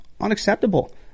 unacceptable